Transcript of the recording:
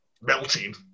Melting